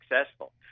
successful